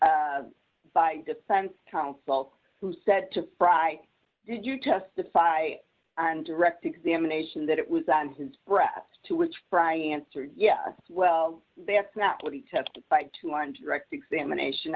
by defense counsel who said to fry did you testify on direct examination that it was on his breast to which fry answered yes well that's not what he testified to learn to direct examination